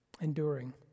Enduring